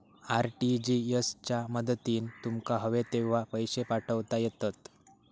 RTGS च्या मदतीन तुमका हवे तेव्हा पैशे पाठवता येतत